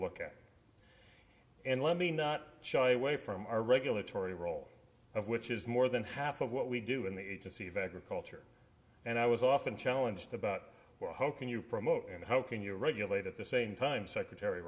look at and let me not shy away from our regulatory role of which is more than half of what we do in the agency that recalls her and i was often challenge the about how can you promote and how can you regulate at the same time secretary